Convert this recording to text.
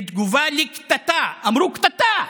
בתגובה לקטטה, אמרו "קטטה".